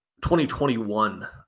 2021